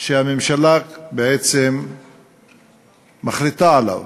שהממשלה בעצם מחליטה עליו.